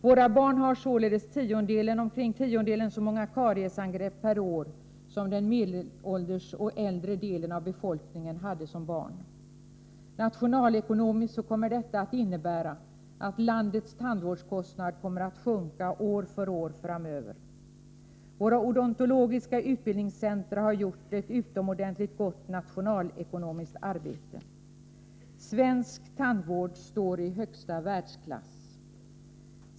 Våra barn har således omkring en tiondel så många kariesangrepp per år som den medelålders och äldre delen av befolkningen hade såsom barn. Nationalekonomiskt innebär detta att landets tandvårdskostnader kommer att sjunka år från år framöver. Våra odontologiska utbildningscentra har gjort ett utomordentligt gott nationalekonomiskt arbete. Svensk tandvård står i högsta världsklass.